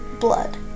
Blood